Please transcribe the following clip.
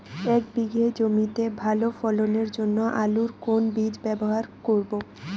এক বিঘে জমিতে ভালো ফলনের জন্য আলুর কোন বীজ ব্যবহার করব?